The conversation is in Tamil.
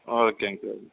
ஓகேங்க சார்